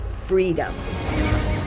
freedom